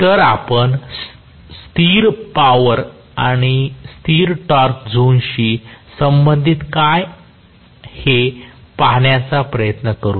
तर आपण स्थिर पॉवर आणि स्थिर टॉर्क झोनशी संबंधित काय हे पाहण्याचा प्रयत्न करूया